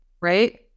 right